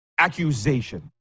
Accusation